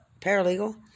paralegal